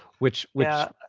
which yeah,